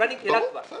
אני אתך בעניין הזה.